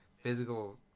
physical